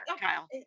Kyle